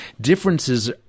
Differences